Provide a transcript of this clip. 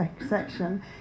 section